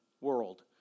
world